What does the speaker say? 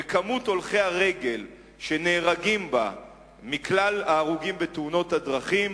במספר הולכי הרגל שנהרגים בה מכלל ההרוגים בתאונות הדרכים,